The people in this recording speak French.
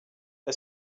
est